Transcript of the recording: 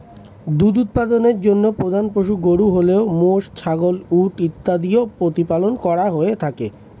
দুধ উৎপাদনের জন্য প্রধান পশু গরু হলেও মোষ, ছাগল, উট ইত্যাদিও প্রতিপালন করা হয়ে থাকে